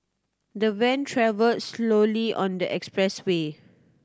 the van travelled slowly on the expressway